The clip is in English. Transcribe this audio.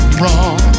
wrong